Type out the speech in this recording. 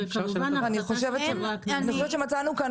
וכמובן --- אני חושבת שמצאנו כאן